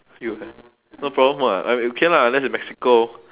U_S no problem [what] I okay lah unless in mexico